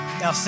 now